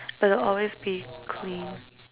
but it'll always be clean